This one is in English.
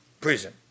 prison